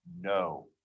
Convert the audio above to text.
no